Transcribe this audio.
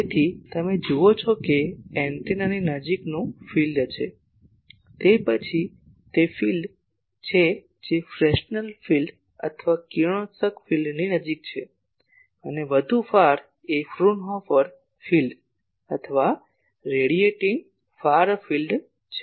તેથી તમે જુઓ છો કે એન્ટેનાની નજીકનું ફિલ્ડ છે તે પછી તે વિસ્તાર છે જે ફ્રેસ્નલ વિસ્તાર અથવા કિરણોત્સર્ગ ફિલ્ડની નજીક છે અને વધુ ફાર એ ફ્રુનહોફર વિસ્તાર અથવા રેડિયેટીંગ ફાર ફિલ્ડ છે